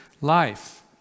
life